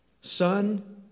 Son